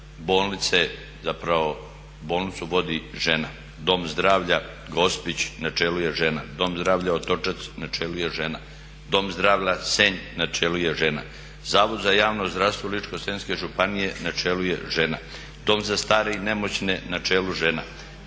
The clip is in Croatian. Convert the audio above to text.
bolnice zapravo bolnicu vodi žena, Dom zdravlja Gospić na čelu je žena, Dom zdravlja Otočac na čelu je žena, Dom zdravlja Senj na čelu je žena, Zavod za javno zdravstvo Ličko-senjske županije na čelu je žena, Dom za stare i nemoćne na čelu žena,